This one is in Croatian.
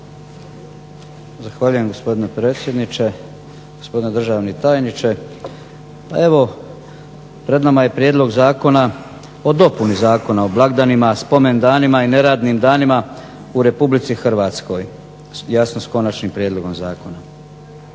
Zahvaljujem gospodine predsjedniče, gospodine državni tajniče. Pa evo pred nama je prijedlog Zakona o dopuni Zakona o blagdanima, spomendanima i neradnim danima u RH, jasno s konačnim prijedlogom zakona.